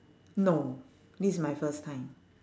no this is my first time